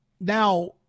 Now